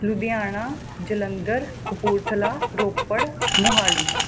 Ludhiana Jalandhar Kapurthala Ropar Mohali